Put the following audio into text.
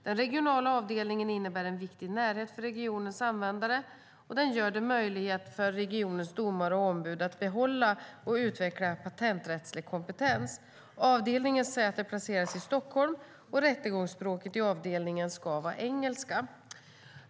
Den regionala avdelningen innebär en viktig närhet för regionens användare och gör det möjligt för regionens domare och ombud att bibehålla och utveckla patenträttslig kompetens. Avdelningens säte placeras i Stockholm, och rättegångsspråket i avdelningen ska vara engelska.